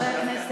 חברי הכנסת,